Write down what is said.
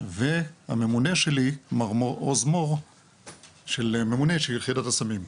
והממונה שלי, מר עוז מור - הממונה של יחידת הסמים.